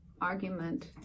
argument